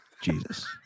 Jesus